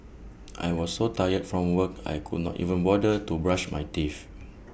I was so tired from work I could not even bother to brush my teeth